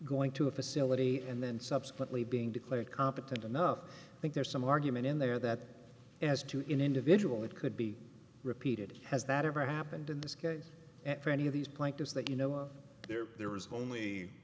going to a facility and then subsequently being declared competent enough think there's some argument in there that as to in individual it could be repeated has that ever happened in this case for any of these plaintiffs that you know of there there is only